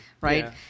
right